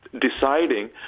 deciding